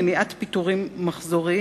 מניעת פיטורים מחזוריים).